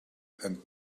and